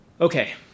Okay